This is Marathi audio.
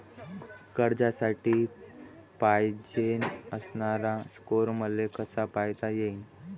कर्जासाठी पायजेन असणारा स्कोर मले कसा पायता येईन?